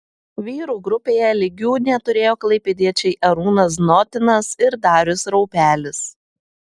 vyrų grupėje lygių neturėjo klaipėdiečiai arūnas znotinas ir darius raupelis